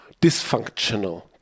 dysfunctional